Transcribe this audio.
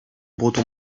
breton